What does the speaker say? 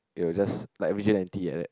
you are just like like that